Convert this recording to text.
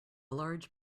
large